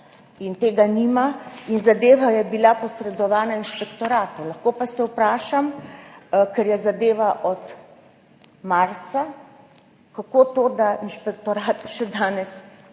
in tega nima. Zadeva je bila posredovana inšpektoratu. Lahko pa se vprašam, ker je zadeva od marca, kako to, da inšpektorat še danes